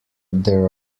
there